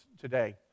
today